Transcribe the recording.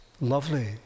lovely